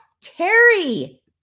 terry